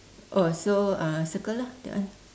oh so uh circle lah that one